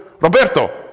Roberto